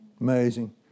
amazing